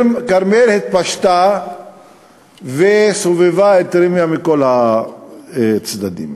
כרמיאל התפשטה וסובבה את ראמיה מכל הצדדים.